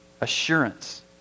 assurance